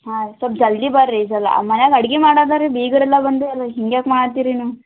ಹಾಂ ಸ್ವಲ್ಪ್ ಜಲ್ದಿ ಬರ್ರಿ ಈ ಸಲ ಮನೆಯಾಗ್ ಅಡಿಗೆ ಮಾಡೋದದಾ ರೀ ಬೀಗರು ಎಲ್ಲ ಬಂದಾರೆ ರೀ ಹಿಂಗೆ ಯಾಕೆ ಮಾಡುತ್ತೀರಿ ನೀವು